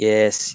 Yes